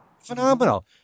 phenomenal